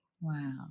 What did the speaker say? Wow